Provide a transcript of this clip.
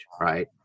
right